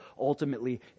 ultimately